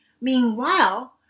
Meanwhile